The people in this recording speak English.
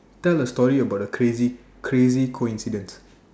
tell a story about a crazy crazy coincidence